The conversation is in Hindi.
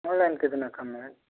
ऑनलाइन कितना कम में है